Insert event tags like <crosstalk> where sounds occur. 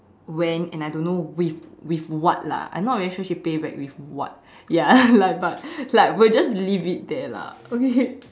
when and I don't know with with what lah I'm not very sure she pay back with what ya <laughs> like but like we'll just leave it there lah okay